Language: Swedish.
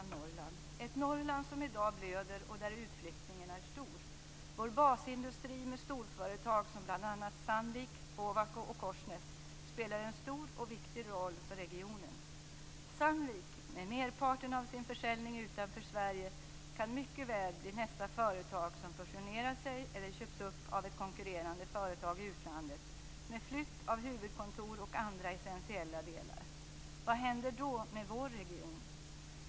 Det är ett Norrland som i dag blöder och där utflyttningen är stor. Vår basindustri, med storföretag som bl.a. Sandvik, Ovako och Korsnäs, spelar en stor och viktig roll för regionen. Sandvik, som har merparten av sin försäljning utanför Sverige, kan mycket väl bli nästa företag som ingår i en fusion eller köps upp av ett konkurrerande företag i utlandet, så att det blir flytt av huvudkontor och andra essentiella delar. Vad händer då med vår region?